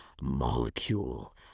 molecule